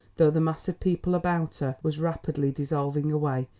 though the mass of people about her was rapidly dissolving away,